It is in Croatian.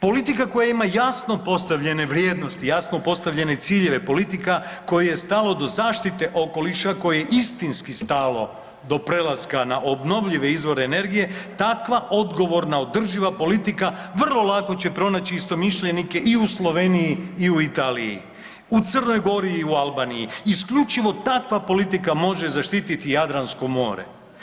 Politika koja ima jasno postavljene vrijednosti, jasno postavljene ciljeve politika, koje je stalo do zaštite okoliša, koji istinski stalo do prelaska na obnovljive izvore energije, takva odgovorna, održiva politika, vrlo lako će pronaći istomišljenike i u Sloveniji i u Italiji, u Crnoj Gori i u Albaniji, isključivo takva politika može zaštiti Jadransko more.